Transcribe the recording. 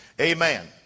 Amen